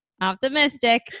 Optimistic